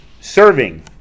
serving